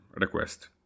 request